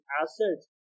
assets